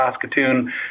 Saskatoon